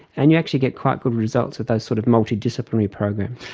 and you actually get quite good results with those sort of multidisciplinary programs.